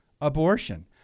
abortion